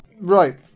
right